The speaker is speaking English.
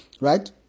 Right